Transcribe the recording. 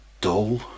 dull